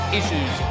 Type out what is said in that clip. Issues